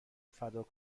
فدا